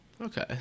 Okay